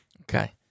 Okay